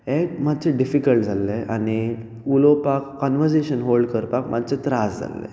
एक मातशें डिफिकल्ट जाल्लें आनी उलोवपाक कन्वजेशन होल्ड करपाक मातसो त्रास जाल्लो